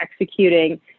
executing